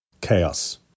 chaos